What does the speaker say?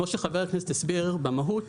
כפי שהסביר חבר הכנסת,